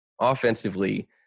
offensively